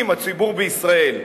אם הציבור בישראל,